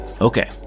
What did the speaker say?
Okay